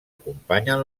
acompanyen